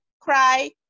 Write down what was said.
Cry